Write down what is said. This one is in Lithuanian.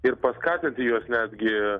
ir paskatinti juos netgi